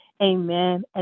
amen